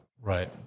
Right